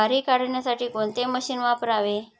ज्वारी काढण्यासाठी कोणते मशीन वापरावे?